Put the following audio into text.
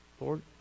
Lord